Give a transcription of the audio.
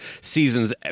seasons